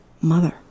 mother